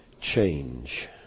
change